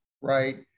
right